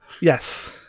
yes